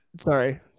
sorry